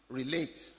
relate